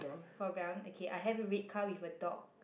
foreground okay I have a red car with a dog